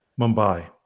Mumbai